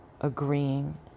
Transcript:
agreeing